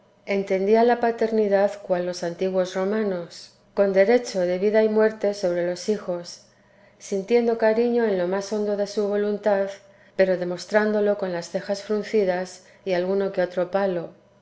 entendía la paternidad cual los antiguos romanos con derecho de vida y muerte sobre los hijos sintiendo cariño en lo más hondo de su voluntad pero demostrándolo con las cejas fruncidas y alguno que otro palo